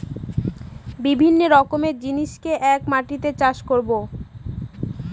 বিভিন্ন রকমের জিনিসকে এক মাটিতে চাষ করাবো